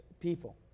people